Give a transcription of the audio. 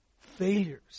Failures